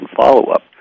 follow-up